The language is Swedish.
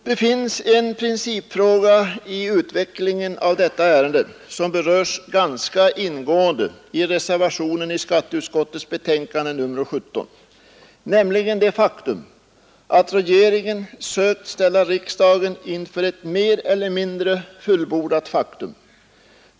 Det finns en principfråga i utvecklingen av detta ärende, som berörs ganska ingående i reservationen vid skatteutskottets betänkande nr 17, nämligen att regeringen sökt ställa riksdagen inför ett mer eller mindre fullbordat faktum.